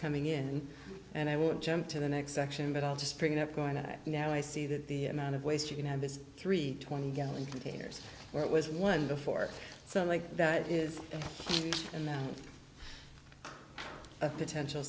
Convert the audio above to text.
coming in and i would jump to the next section but i'll just bring up going to now i see that the amount of waste you can have this three twenty gallon containers where it was one before so like that is in the potential